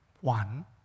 One